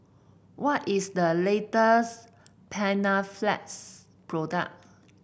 what is the latest Panaflex product